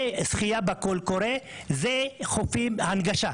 וזכיה בקול קורא זה הנגשה.